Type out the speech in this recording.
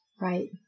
Right